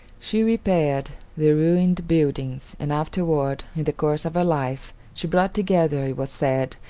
she repaired the ruined buildings, and afterward, in the course of her life, she brought together, it was said,